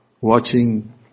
watching